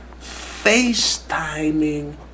facetiming